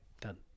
done